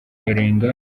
barenga